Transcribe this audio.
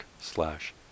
slash